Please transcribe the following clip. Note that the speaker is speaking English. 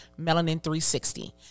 Melanin360